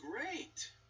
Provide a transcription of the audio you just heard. great